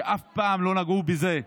שאף פעם לא נגעו בזה,